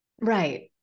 right